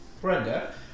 Brenda